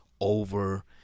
over